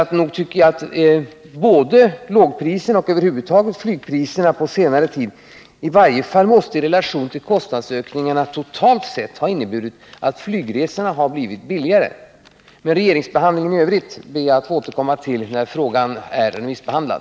Både lågpriserna och flygpriserna över huvud taget på senare tid måste därför som jag ser det och i varje fall i relation till kostnadsökningarna totalt sett ha inneburit att Nygresorna har blivit billigare. När det gäller regeringsbehandlingen av det här ärendet i övrigt ber jag att få återkomma, när ärendet är remissbehandlat.